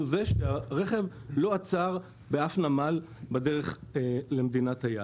שהרכב לא עצר באף נמל בדרך למדינת היעד.